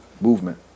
movement